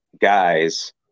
guys